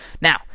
Now